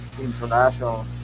international